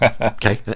okay